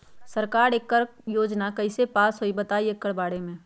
सरकार एकड़ योजना कईसे पास होई बताई एकर बारे मे?